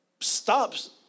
stops